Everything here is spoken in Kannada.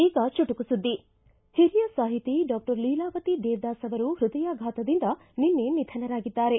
ಈಗ ಚುಟುಕು ಸುದ್ದಿ ಹಿರಿಯ ಸಾಹಿತಿ ಡಾಕ್ಟರ್ ಲೀಲಾವತಿ ದೇವರಾಸ್ ಅವರು ಹೃದಯಾಘಾತದಿಂದ ನಿಸ್ನೆ ನಿಧನರಾಗಿದ್ದಾರೆ